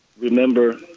remember